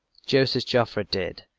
joseph joffre did.